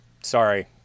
Sorry